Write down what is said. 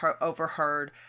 overheard